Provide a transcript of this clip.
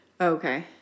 Okay